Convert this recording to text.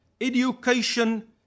education